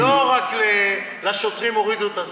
לא רק לשוטרים הורידו את הסנדוויצ'ים,